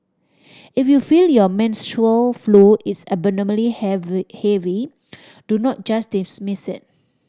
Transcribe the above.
if you feel your menstrual flow is abnormally heavy do not just dismiss it